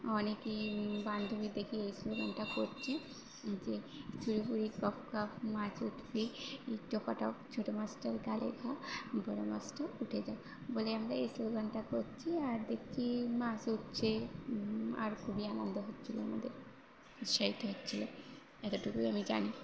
অনেকেই বান্ধবী দেখি এই স্লোগানটা করছে যে চুরিপুুরি কপাকপ মাছ উঠবে টকাটক ছোট মাছটার গালে ঘা বড় মাছটা উঠে যা বলে আমরা এই স্লোগানটা করছি আর দেখছি মাছ উঠছে আর খুবই আনন্দ হচ্ছিল আমাদের উৎসাহিত হচ্ছিল এতটুকুই আমি জানি